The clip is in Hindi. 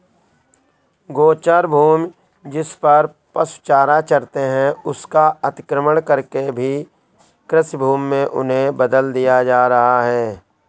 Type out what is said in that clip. गोचर भूमि, जिसपर पशु चारा चरते हैं, उसका अतिक्रमण करके भी कृषिभूमि में उन्हें बदल दिया जा रहा है